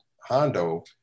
Hondo